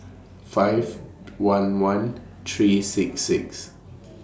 five one one three six six